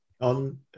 on